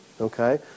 okay